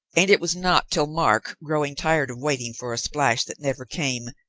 and it was not till mark, growing tired of waiting for a splash that never came,